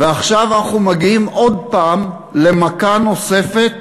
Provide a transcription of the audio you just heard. ועכשיו אנחנו מגיעים עוד פעם, למכה נוספת